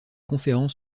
conférences